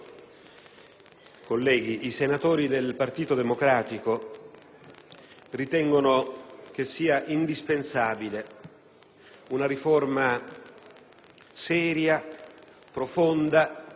colleghi, i senatori del Partito Democratico ritengono che sia indispensabile una riforma seria, profonda ed